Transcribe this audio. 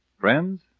Friends